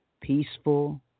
peaceful